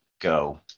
go